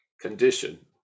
condition